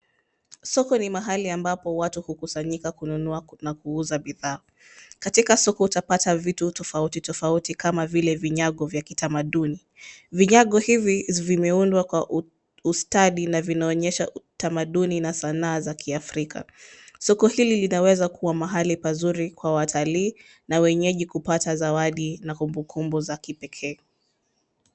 Soko ni mahali ambapo watu hukusanyika kununua na kuuza bidhaa. Katika soko utapata vitu tofauti tofauti kama vile vinyago vya kitamaduni. Vinyago hivi vimeundwa kwa ustadi na vinaonyesha utamaduni na sanaa za kiafrika. Soko hili linaweza kuwa mahali pazuri kwa watalii na wenyeji kupata zawadi na kumbukumbu za kipekee.